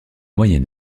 moyen